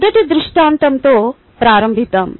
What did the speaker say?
మొదటి దృష్టాంతంతో ప్రారంభిద్దాం